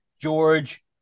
George